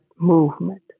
movement